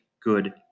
good